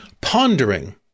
pondering